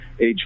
age